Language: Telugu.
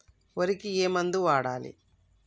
వరికి ఏ మందు వాడాలి?